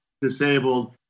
disabled